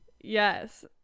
Yes